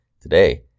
Today